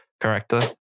correctly